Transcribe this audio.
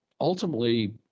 ultimately